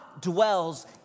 dwells